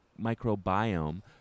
microbiome